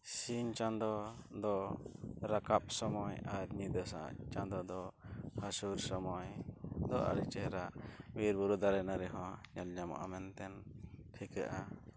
ᱥᱤᱧ ᱪᱟᱸᱫᱚ ᱫᱚ ᱨᱟᱠᱟᱵ ᱥᱚᱢᱚᱭ ᱟᱨ ᱧᱤᱫᱟᱹ ᱪᱟᱸᱫᱚ ᱫᱚ ᱦᱟᱹᱥᱩᱨ ᱥᱚᱢᱚᱭ ᱫᱚ ᱟᱹᱰᱤ ᱪᱮᱦᱨᱟ ᱵᱤᱨᱼᱵᱩᱨᱩ ᱫᱟᱨᱮ ᱱᱟᱹᱲᱤ ᱦᱚᱸ ᱧᱮᱞ ᱧᱟᱢᱚᱜᱼᱟ ᱢᱮᱱᱛᱮᱫ ᱴᱷᱤᱠᱟᱹᱜᱼᱟ